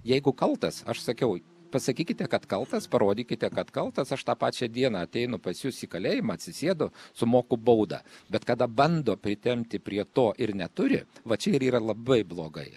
jeigu kaltas aš sakiau pasakykite kad kaltas parodykite kad kaltas aš tą pačią dieną ateinu pas jus į kalėjimą atsisėdu sumoku baudą bet kada bando pritempti prie to ir neturi va čia ir yra labai blogai